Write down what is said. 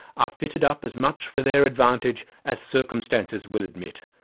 are fitted up as much for their advantage as circumstances will admit.